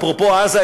אפרופו עזה,